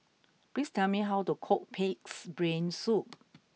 please tell me how to cook Pig'S Brain Soup